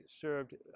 served